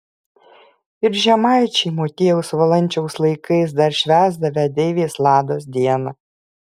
ir žemaičiai motiejaus valančiaus laikais dar švęsdavę deivės lados dieną